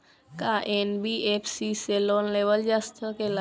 का एन.बी.एफ.सी से लोन लियल जा सकेला?